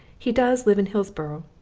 he does live in hillsboro,